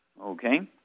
okay